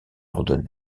ordonne